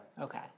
Okay